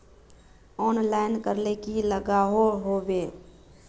Online करले की लागोहो होबे?